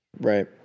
Right